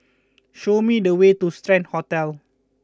show me the way to Strand Hotel